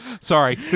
sorry